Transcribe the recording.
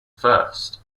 first